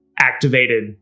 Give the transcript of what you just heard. activated